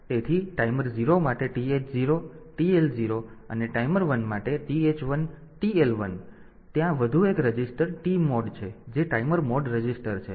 તેથી ટાઈમર 0 માટે TH 0 TL 0 અને ટાઈમર 1 માટે TH 1 TL 1 ત્યાં વધુ એક રજિસ્ટર TMOD છે જે ટાઈમર મોડ રજિસ્ટર છે